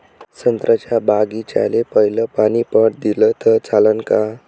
संत्र्याच्या बागीचाले पयलं पानी पट दिलं त चालन का?